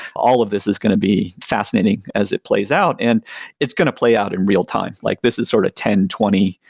all of this is going to be fascinating as it plays out. and it's going to play out in real-time. like this is sort of ten, twenty,